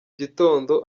gitondo